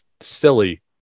silly